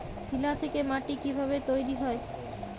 শিলা থেকে মাটি কিভাবে তৈরী হয়?